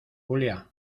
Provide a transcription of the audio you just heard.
julia